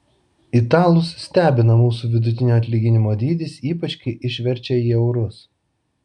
italus stebina mūsų vidutinio atlyginimo dydis ypač kai išverčia į eurus